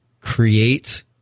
create